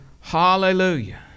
Hallelujah